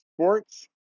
sports